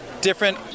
different